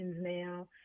now